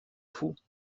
fous